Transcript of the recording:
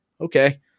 Okay